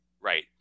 Right